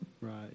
right